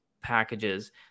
packages